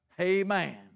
amen